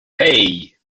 hei